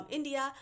India